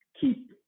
keep